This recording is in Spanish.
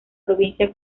provincia